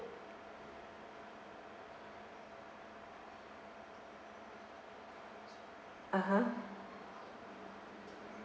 (uh huh)